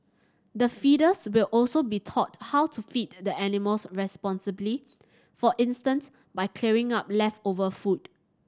the feeders will also be taught how to feed the animals responsibly for instance by clearing up leftover food